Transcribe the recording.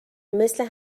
مثل